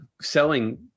selling